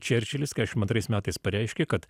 čerčilis keturiasdešimt antrais metais pareiškė kad